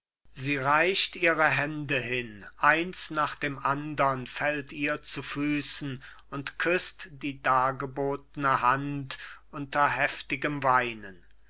sie reicht ihre hände hin eins nach dem andern fällt ihr zu füßen und küßt die dargebotne hand unter heftigem weinen